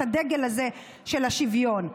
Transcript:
את הדגל הזה של השוויון.